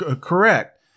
Correct